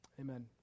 Amen